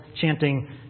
chanting